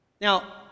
Now